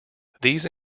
these